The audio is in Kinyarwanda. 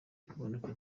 igabanuka